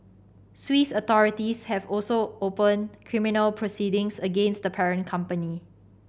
Swiss authorities have also opened criminal proceedings against the parent company